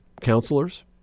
counselors